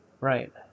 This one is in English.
Right